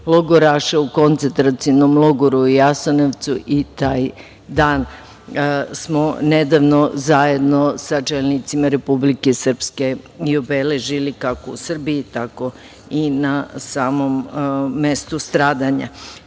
u Koncentracionom logoru u Jasenovcu i taj Dan smo nedavno zajedno sa čelnicima Republike Srpske i obeležili kako u Srbiji, tako i na samom mestu stradanja. Muzej